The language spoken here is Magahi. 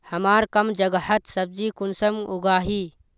हमार कम जगहत सब्जी कुंसम उगाही?